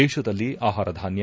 ದೇಶದಲ್ಲಿ ಆಹಾರಧಾನ್ಲ